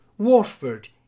Washford